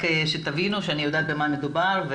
רק שתבינו במה מדובר.